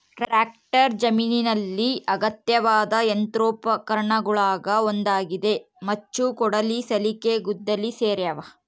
tractor ಜಮೀನಿನಲ್ಲಿ ಅಗತ್ಯವಾದ ಯಂತ್ರೋಪಕರಣಗುಳಗ ಒಂದಾಗಿದೆ ಮಚ್ಚು ಕೊಡಲಿ ಸಲಿಕೆ ಗುದ್ದಲಿ ಸೇರ್ಯಾವ